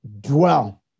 Dwell